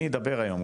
אני אדבר איתם היום,